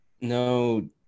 no